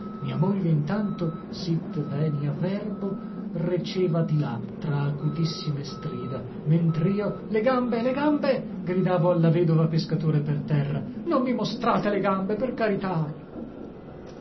mia moglie intanto sit venia verbo receva di là tra acutissime strida mentrio le gambe le gambe gridavo alla vedova pescatore per terra non mi mostrate le gambe per carità